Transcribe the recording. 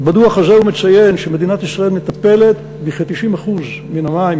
ובדוח הזה הוא מציין שמדינת ישראל מטפלת בכ-90% מן המים,